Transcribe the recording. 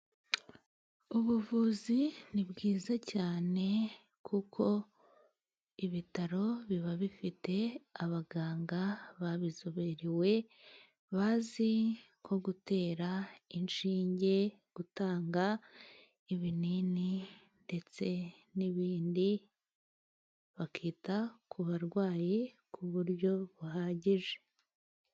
Ubuvuzi ni bwiza cyane，kuko ibitaro biba bifite abaganga babizoberewe， bazi nko gutera inshinge，gutanga ibinini，ndetse n'ibindi， bakita ku barwayi ku buryo buhagije.